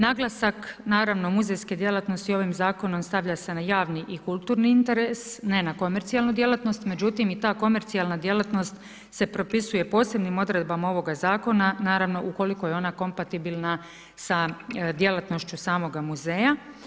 Naglasak naravno muzejske djelatnosti ovim zakonom stavlja se na javni i kulturni interes, ne na komercijalnu djelatnost, međutim i ta komercijalna djelatnost se propisuje posebnim odredbama ovoga zakona, naravno ukoliko je ona kompatibilna sa djelatnošću samoga muzeja.